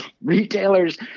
Retailers